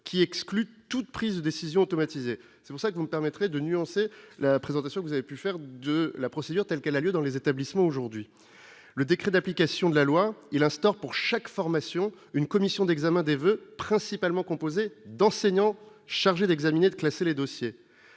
qui exclut toute prise de décision automatisée, c'est pour ça que vous me permettrez de nuancer la présentation que vous avez pu faire de la procédure telle qu'elle a lieu dans les établissements, aujourd'hui, le décret d'application de la loi, il instaure pour chaque formation, une commission d'examen des voeux principalement composé d'enseignants chargés d'examiner de classer les dossiers,